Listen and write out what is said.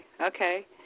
okay